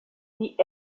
die